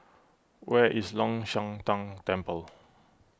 where is Long Shan Tang Temple